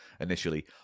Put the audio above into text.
initially